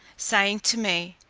saying to me,